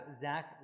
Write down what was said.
Zach